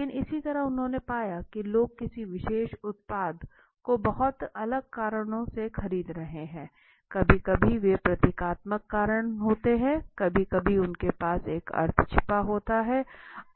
लेकिन इसी तरह उन्होंने पाया कि लोग किसी विशेष उत्पाद को बहुत अलग कारणों से खरीद रहे हैं कभी कभी वे प्रतीकात्मक कारण होते हैं कभी कभी उनके पास एक अर्थ छिपा होता है